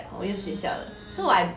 mm